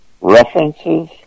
references